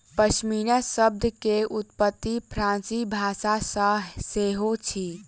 पश्मीना शब्द के उत्पत्ति फ़ारसी भाषा सॅ सेहो अछि